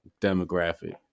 demographic